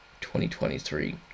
2023